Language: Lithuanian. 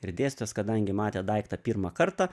ir dėstytojas kadangi matė daiktą pirmą kartą